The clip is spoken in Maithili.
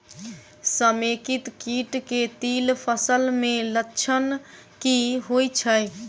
समेकित कीट केँ तिल फसल मे लक्षण की होइ छै?